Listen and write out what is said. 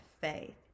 faith